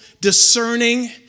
discerning